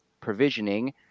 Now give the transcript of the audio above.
provisioning